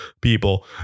people